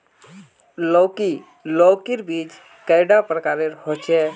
लौकी लौकीर बीज कैडा प्रकारेर होचे?